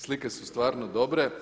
Slike su stvarno dobre.